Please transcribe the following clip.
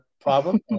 problem